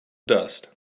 dust